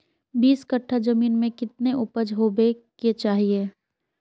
बीस कट्ठा जमीन में कितने उपज होबे के चाहिए?